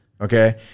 okay